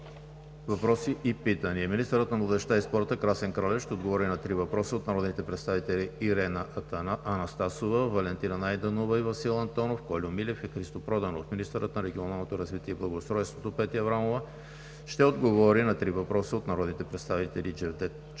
Въпроси и питания 2. Министърът на младежта и спорта Красен Кралев ще отговори на три въпроса от народните представители Ирена Анастасова; Валентина Найденова; и Васил Антонов, Кольо Милев и Христо Проданов. 3. Министърът на регионалното развитие и благоустройството Петя Аврамова ще отговори на три въпроса от народните представители Джевдет Чакъров